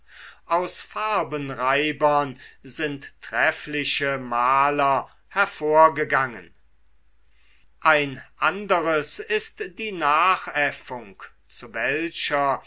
aus farbenreibern sind treffliche maler hervorgegangen ein anderes ist die nachäffung zu welcher